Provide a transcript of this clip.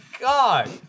God